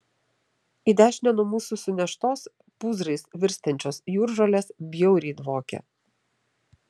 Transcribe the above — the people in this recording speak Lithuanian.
į dešinę nuo mūsų suneštos pūzrais virstančios jūržolės bjauriai dvokė